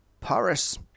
Paris